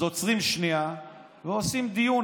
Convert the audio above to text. אז עוצרים שנייה ועושים דיון.